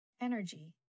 Energy